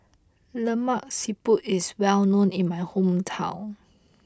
Lemak Siput is well known in my hometown